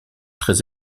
très